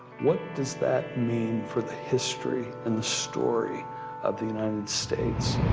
what does that mean for the history and the story of the united states?